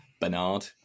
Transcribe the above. Bernard